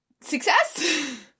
Success